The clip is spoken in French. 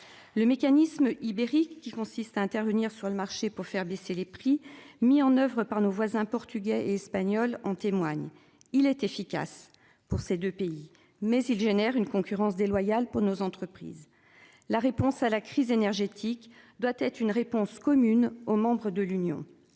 Le mécanisme ibérique qui consiste à intervenir sur le marché pour faire baisser les prix mis en oeuvre par nos voisins portugais et espagnols en témoigne. Il est efficace pour ces deux pays, mais il génère une concurrence déloyale pour nos entreprises. La réponse à la crise énergétique doit être une réponse commune aux membres de l'Union.